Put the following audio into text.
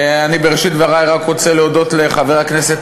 בראשית דברי אני רוצה להודות לחבר הכנסת